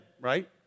right